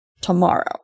tomorrow